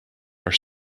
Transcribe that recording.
are